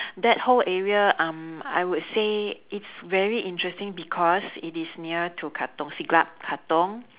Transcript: that whole area um I would say it's very interesting because it is near to katong siglap katong